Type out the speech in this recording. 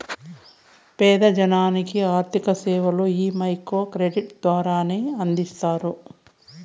పేద జనాలకి ఆర్థిక సేవలు ఈ మైక్రో క్రెడిట్ ద్వారానే అందిస్తాండారు